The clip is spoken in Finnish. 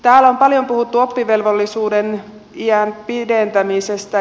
täällä on paljon puhuttu oppivelvollisuusiän pidentämisestä